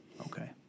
Okay